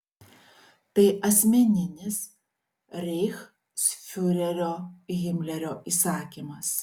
tai asmeninis reichsfiurerio himlerio įsakymas